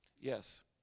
Yes